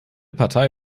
partei